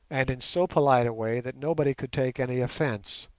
and in so polite a way that nobody could take any offence.